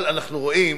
אבל אנחנו רואים,